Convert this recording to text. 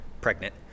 pregnant